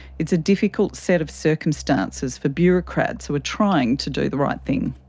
it's a difficult set of circumstances for bureaucrats who are trying to do the right thing.